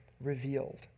revealed